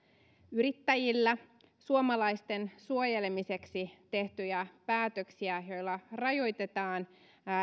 yrittäjillä suomalaisten suojelemiseksi tehtyjä päätöksiä joilla rajoitetaan